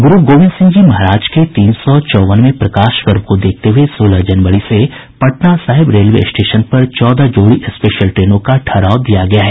गुरू गोविंद सिंह जी महाराज के तीन सौ चौवनवें प्रकाश पर्व देखते हुए सोलह जनवरी से पटना साहिब रेलवे स्टेशन पर चौदह जोड़ी स्पेशल ट्रेनों का ठहराव दिया गया है